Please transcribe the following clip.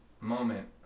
moment